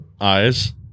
eyes